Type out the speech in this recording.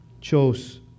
chose